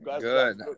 good